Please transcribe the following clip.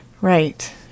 Right